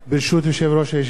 ברשות יושב-ראש הישיבה,